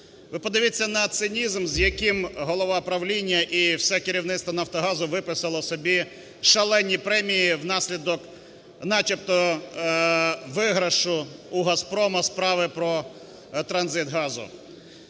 Ви подивіться на цинізм, з яким голова правління і все керівництво "Нафтогазу" виписало собі шалені премії внаслідок начебто виграшу у "Газпрому" справи про транзит газу.